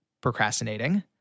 procrastinating